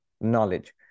knowledge